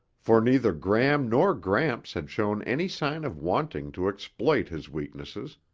for neither gram nor gramps had shown any sign of wanting to exploit his weaknesses.